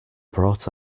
brought